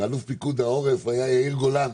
ואלוף פיקוד העורף היה יאיר גולן,